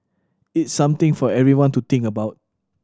it's something for everyone to think about